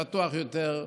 פתוח יותר,